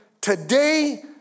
today